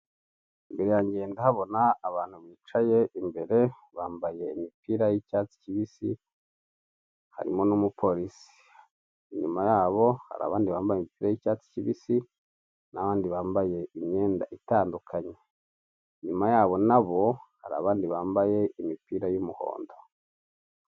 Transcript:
Imbere yanjye ndahabona abantu bicaye imbere bambaye imipira y'icyatsi kibisi, harimo n'umupolisi. Inyuma yabo hari abandi bambaye imipira y'icyatsi kibisi n'abandi bambaye imyenda itandukanye. Inyuma yabo naho hari abandi bambaye imipira y'umuhondo